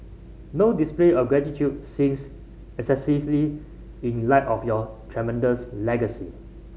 no display of gratitude seems excessively in light of your tremendous legacy